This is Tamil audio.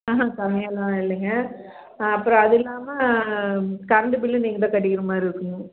ஆஆ கம்மியாலாம் இல்லைங்க அப்பறம் அது இல்லாமல் கரண்டு பில்லும் நீங்கள் தான் கட்டிக்கிற மாதிரி இருக்கும்